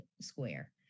Square